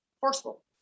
forceful